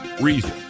reason